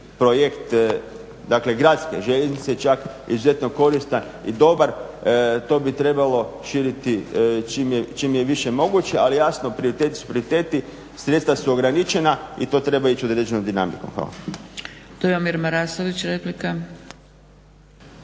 projekt gradske željeznice čak izuzetno koristan i dobar. To bi trebalo širiti čim je više moguće ali jasno prioriteti su prioriteti, sredstva su ograničena i to treba ići određenom dinamikom. Hvala. **Zgrebec, Dragica